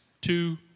two